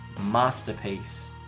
masterpiece